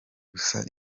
gusa